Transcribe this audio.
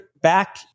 back